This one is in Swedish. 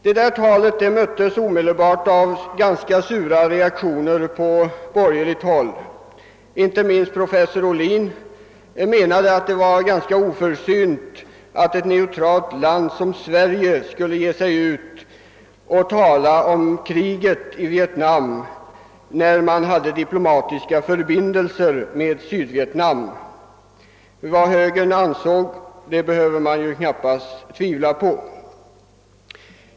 Detta tal möttes omedelbart av ganska sura reaktioner på borgerligt håll. Inte minst professor Ohlin menade, att det var ganska oförsynt av ett neutralt land som Sverige att tala om kriget i Vietnam, när vi hade diplomatiska förbindelser med Sydvietnam. Vad högern ansåg behöver man inte tvivla på.